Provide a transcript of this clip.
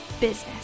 business